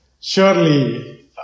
Surely